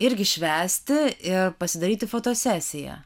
irgi švęsti ir pasidaryti fotosesiją